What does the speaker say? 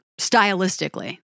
stylistically